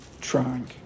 trying